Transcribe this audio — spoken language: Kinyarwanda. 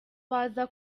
baza